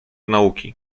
nauki